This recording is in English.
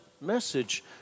message